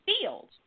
field